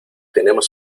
tenemos